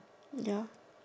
ya